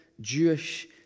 Jewish